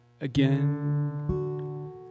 again